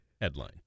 headline